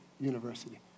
University